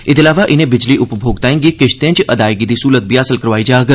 एह्दे अलावा इनें बिजली उपमोक्ताएं गी किश्तें च अदायगी दी स्हूलत बी हासल करोआई जाग